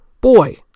boy